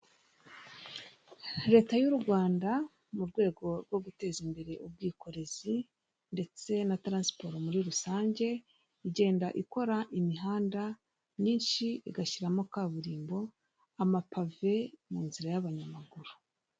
Leta y' u Rwanda mu rwego rwo guteza imbere ubwikorezi ndetse na taransiporo muri rusange, igenda ikora imuhanda myinshi igashyiramo kaburimbo amapave mu nzira y'abanyamaguru.